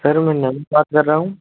sir मैं नवीन बात कर रहा हूँ